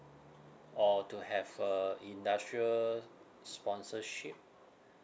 or to have a industrial sponsorship